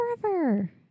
forever